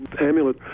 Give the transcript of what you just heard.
amulet